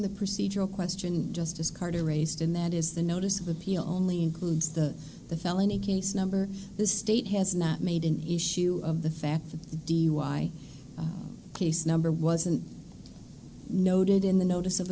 the procedural question just as carter raised in that is the notice of appeal only includes the the felony case number the state has not made an issue of the fact that the dui case number wasn't noted in the notice of